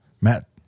Matt